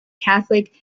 catholic